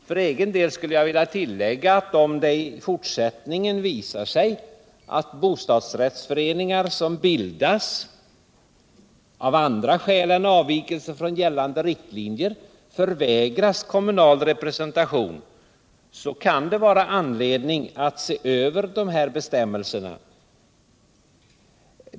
För egen del skulle jag vilja tillägga att om det i fortsättningen visar sig att bostadsrättsföreningar som bildas blir vägrade kommunal representation av andra skäl än av vikelser från gällande riktlinjer, så kan det vara anledning att se över bestämmelserna.